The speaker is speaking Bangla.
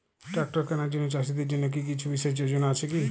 ট্রাক্টর কেনার জন্য চাষীদের জন্য কী কিছু বিশেষ যোজনা আছে কি?